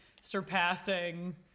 surpassing